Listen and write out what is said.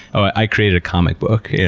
i created a comic book. yeah